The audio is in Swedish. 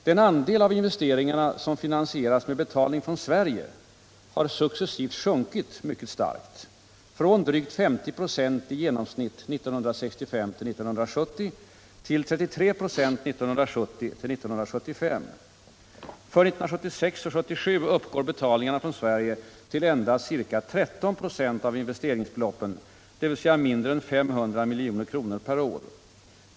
Den andel av investeringarna som finansieras med betalning från Sverige har successivt sjunkit mycket starkt — från drygt 50 96 i genomsnitt 1965-1970 till 33 96 1970-1975. För 1976-1977 uppgår betalningarna från Sverige till endast ca 13 96 av investeringsbeloppen, dvs. mindre än 500 milj.kr. per år.